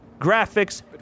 Graphics